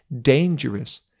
dangerous